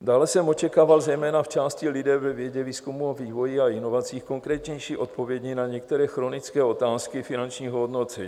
Dále jsem očekával zejména v části lidé ve vědě, výzkumu a vývoji a inovacích konkrétnější odpovědi na některé chronické otázky finančního ohodnocení.